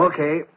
Okay